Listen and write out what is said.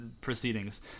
proceedings